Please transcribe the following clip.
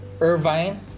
Irvine